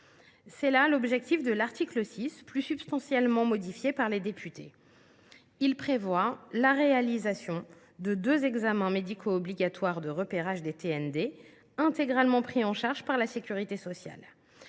C’est là l’objectif de l’article 6, plus substantiellement modifié par les députés. Il prévoit la réalisation de deux examens médicaux obligatoires de repérage des TND, intégralement pris en charge par la sécurité sociale.